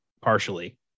partially